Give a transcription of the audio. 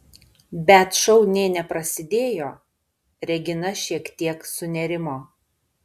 bet šou nė neprasidėjo regina šiek tiek sunerimo